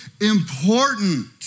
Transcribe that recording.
important